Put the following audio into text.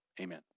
amen